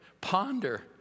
ponder